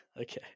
Okay